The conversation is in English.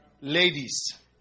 Ladies